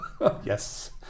Yes